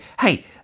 Hey